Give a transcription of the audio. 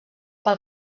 pel